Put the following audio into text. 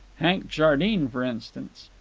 hank jardine, for instance.